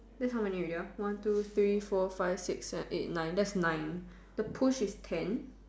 that's how many already ah one two three four five six seven eight nine that's nine the push is ten